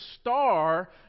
star